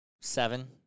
Seven